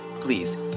please